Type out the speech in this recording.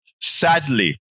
Sadly